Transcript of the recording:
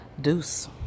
Deuce